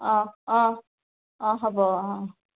অ' অ' অ' হ'ব অ'